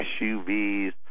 SUVs